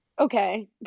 okay